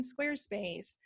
Squarespace